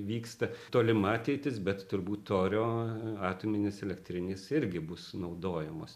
vyksta tolima ateitis bet turbūt torio atominės elektrinės irgi bus naudojamos